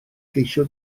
geisio